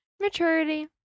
maturity